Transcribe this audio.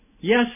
yes